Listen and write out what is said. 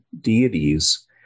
deities